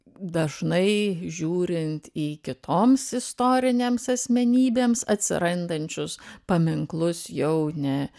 dažnai žiūrint į kitoms istorinėms asmenybėms atsirandančius paminklus jau ne